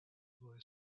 boy